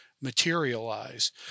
materialize